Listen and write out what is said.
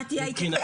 מה תהיה ההתייחסות?